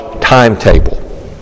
timetable